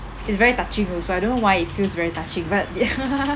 it's very touching also I don't know why it feels very touching but ya